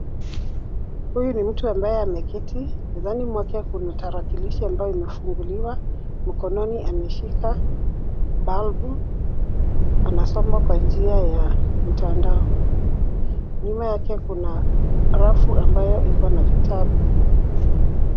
Huyu ni mtu ambaye ameketi, mezani mwake kuna tarakilishi ambayo imefunguliwa, mkononi ameshika balbu, anasoma kwa njia ya mtandao. Nyuma yake kuna rafu ambayo ikona vitabu.